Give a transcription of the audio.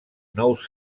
nous